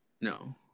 No